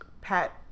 Pat